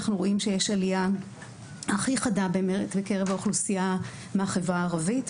אנחנו רואים שיש עלייה הכי חדה בקרב האוכלוסייה מהחברה הערבית,